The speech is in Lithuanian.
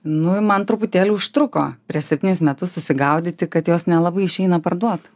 nu man truputėlį užtruko prieš septynis metus susigaudyti kad jos nelabai išeina parduot